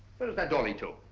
that door lead to?